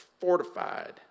fortified